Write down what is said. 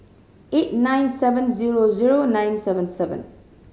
eight nine seven zero zeo nine seven seven